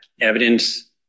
evidence